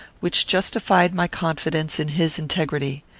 which justified my confidence in his integrity.